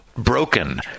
broken